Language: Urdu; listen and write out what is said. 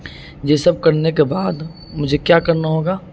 یہ سب کرنے کے بعد مجھے کیا کرنا ہوگا